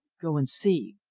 go and see!